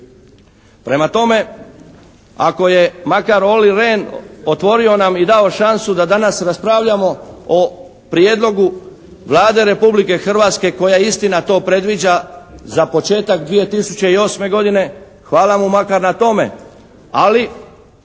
Prema tome ako je makar Olli Rehn otvorio nam i dao šansu da danas raspravljamo o prijedlogu Vlade Republike Hrvatske koja istina to predviđa za početak 2008. godine, hvala mu makar na tome, ali